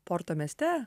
porto mieste